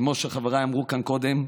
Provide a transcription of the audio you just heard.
כמו שחבריי אמרו כאן קודם,